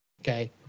Okay